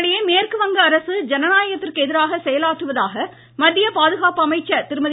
இதனிடையே மேற்கு வங்க அரசு ஜனநாயகத்திற்கு எதிராக செயலாற்றுவதாக மத்திய பாதுகாப்பு அமைச்சர் திருமதி